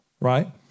right